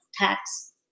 tax